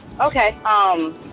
Okay